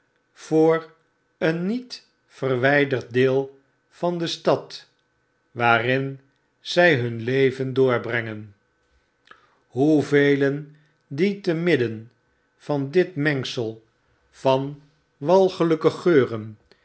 voor een niet verwyderd deel van de stad waarin zy hun leven doorbrengen hoe velen die te midden van dit mengsel van walgelijke geuren